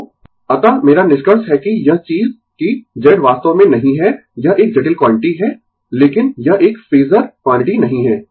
तो अतः मेरा निष्कर्ष है कि यह चीज कि Z वास्तव में नहीं है यह एक जटिल क्वांटिटी है लेकिन यह एक फेजर क्वांटिटी नहीं है